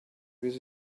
with